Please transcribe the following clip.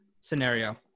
scenario